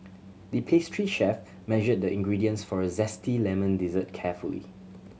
the pastry chef measured the ingredients for a zesty lemon dessert carefully